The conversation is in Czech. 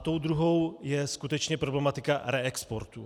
Tou druhou je skutečně problematika reexportu.